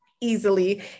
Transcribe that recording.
easily